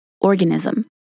organism